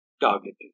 targeted